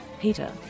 Peter